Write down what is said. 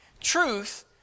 Truth